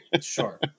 Sure